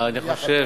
תודה רבה,